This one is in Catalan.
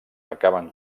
acaben